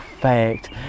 fact